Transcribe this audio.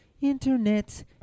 Internet